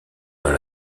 dans